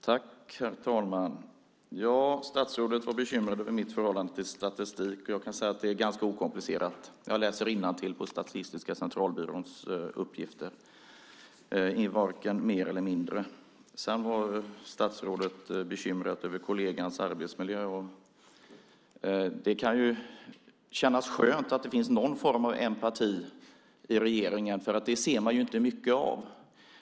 Herr talman! Statsrådet var bekymrad över mitt förhållande till statistik. Jag kan säga att det är ganska okomplicerat. Jag läser innantill i Statistiska centralbyråns uppgifter, varken mer eller mindre. Sedan var statsrådet bekymrad över kollegans arbetsmiljö. Det känns skönt att det finns någon form av empati i regeringen, för det ser man inte mycket av.